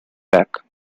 back